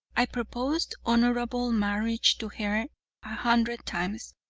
i proposed honorable marriage to her a hundred times,